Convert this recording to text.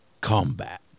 combat